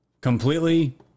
completely